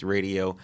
Radio